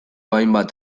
hainbat